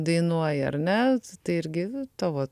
dainuoji ar ne tai irgi tavo